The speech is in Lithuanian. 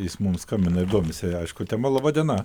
jis mums skambina domisi aišku tema laba diena